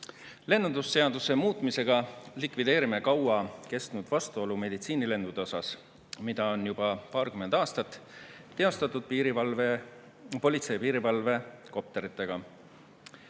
Lennundusseaduse muutmisega likvideerime kaua kestnud vastuolu meditsiinilendude [tegemisel], mida on juba paarkümmend aastat teostatud politsei ja piirivalve kopteritega.